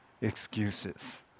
excuses